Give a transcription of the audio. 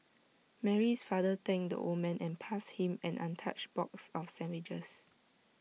Mary's father thanked the old man and passed him an untouched box of sandwiches